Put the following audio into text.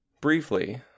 Briefly